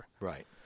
right